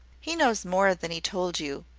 he knows more than he told you,